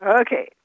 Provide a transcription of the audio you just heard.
Okay